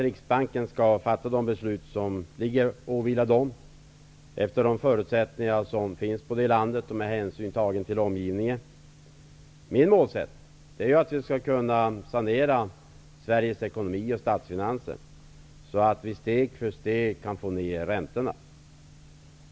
Riksbanken skall fatta de beslut som åvilar den, efter de förutsättningar som finns i landet och med hänsyn till omgivningen. Min målsättning är att vi skall sanera Sveriges ekonomi och statsfinanser, så att vi steg för steg kan få ner räntorna.